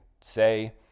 say